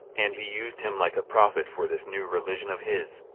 and he used him like a prophet for this new religion of his.